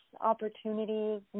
Opportunities